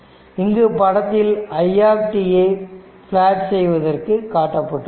இங்கு படத்தில் i ஐ பிளாட் செய்ததை காட்டப்பட்டுள்ளது